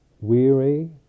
weary